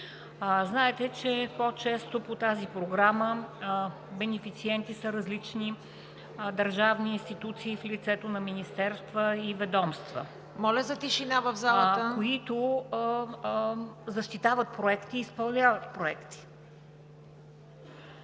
Знаете, че по-често по тази програма бенефициенти са различни държавни институции в лицето на министерства и ведомства, които защитават проекти и изпълняват проекти.